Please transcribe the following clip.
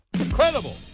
Incredible